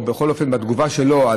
או בכל אופן בתגובה שלו,